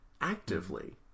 actively